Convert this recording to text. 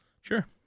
Sure